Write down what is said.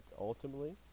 ultimately